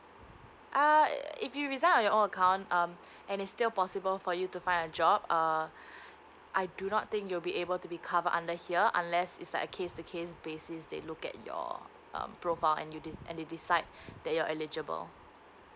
a'ah if you resign on your account um and it's still possible for you to find a job uh I do not think you'll be able to be covered under here unless it's like a case to case basis they look at your uh profile and you de~ they decide that you're eligible